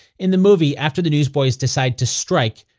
in the movie, after the newsboys decide to strike,